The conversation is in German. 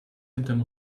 hinterm